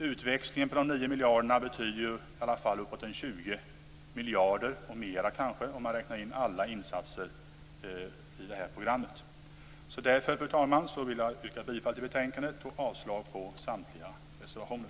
Utväxlingen på de nio miljarderna betyder i alla fall uppemot 20 miljarder och kanske mer, om man räknar in alla insatser i programmet. Därför, fru talman, vill jag yrka bifall till hemställan i betänkandet och avslag på samtliga reservationer.